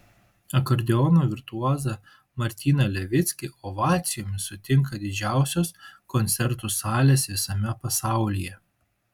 akordeono virtuozą martyną levickį ovacijomis sutinka didžiausios koncertų salės visame pasaulyje